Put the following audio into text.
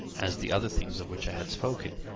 as the other things of which i had spoken,